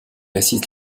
assiste